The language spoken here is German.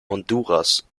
honduras